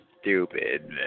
stupid